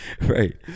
Right